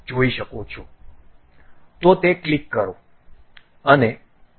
તો તે ક્લિક કરો અને OK